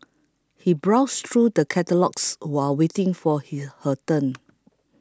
she browsed through the catalogues while waiting for her turn